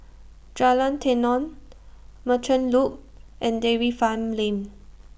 Jalan Tenon Merchant Loop and Dairy Farm Lane